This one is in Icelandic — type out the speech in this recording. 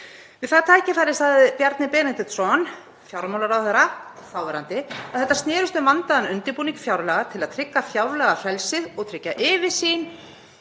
Við það tækifæri sagði Bjarni Benediktsson, þáverandi fjármálaráðherra, að þetta snerist um vandaðan undirbúning fjárlaga til að trygga fjárlagafrelsið og tryggja yfirsýn,